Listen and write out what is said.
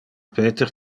peter